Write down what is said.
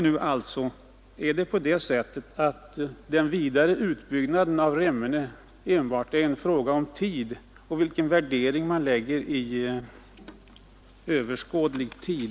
Frågan är nu: Är det så att den vidare utbyggnaden av Remmene enbart är en fråga om tid och om vilken värdering man lägger in i begreppet ”under överskådlig tid”?